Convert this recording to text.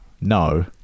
no